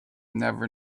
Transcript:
never